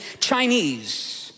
Chinese